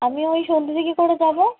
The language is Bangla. আমি ওই সন্ধ্যের দিকে করে যাবো